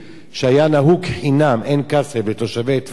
שהיה נהוג כחינם אין-כסף לתושבי טבריה,